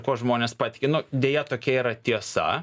ko žmonės patiki nu deja tokia yra tiesa